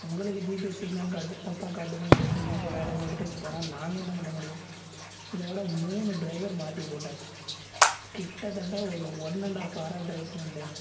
உங்களுக்கு GPS signal காட்டு தப்பாக காட்டுதுன்னு சொல்லிவிட்டு நீங்கள் வேறே ஒரு இடத்துக்கு போனால் நாங்கள் என்ன பண்ண முடியும் இதோடு மூணு ட்ரைவர் மாற்றிபோட்டாச்சு கிட்டத்தட்ட ஒரு ஒன் அண்டாஃப் ஹவராக ட்ரை பண்ணிக்கிட்டு இருக்கேன்